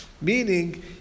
meaning